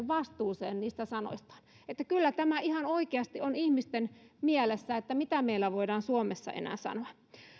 vastuuseen niistä sanoistaan eli kyllä tämä ihan oikeasti on ihmisten mielessä mitä meillä voidaan suomessa enää